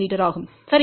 me ஆகும் சரி